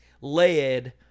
led